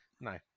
no